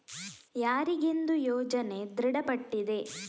ಯಾರಿಗೆಂದು ಯೋಜನೆ ದೃಢಪಟ್ಟಿದೆ?